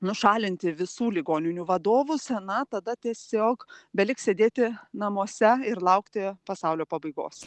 nušalinti visų ligoninių vadovus na tada tiesiog beliks sėdėti namuose ir laukti pasaulio pabaigos